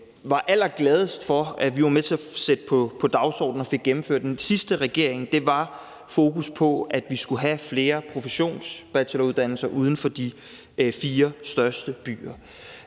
var allergladest for at vi var med til at sætte på dagsordenen og få gennemført i den sidste regeringen, handlede om at sætte fokus på, at vi skulle have flere professionsbacheloruddannelser uden for de fire største byer.